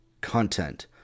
content